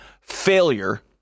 failure